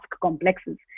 complexes